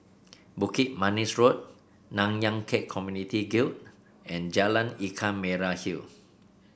Bukit Manis Road Nanyang Khek Community Guild and Jalan Ikan Merah Hill